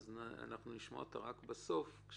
אנחנו נשמע אותה רק בסוף הישיבה,